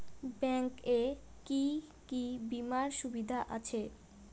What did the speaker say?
Bank এ কি কী বীমার সুবিধা আছে?